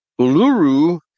Uluru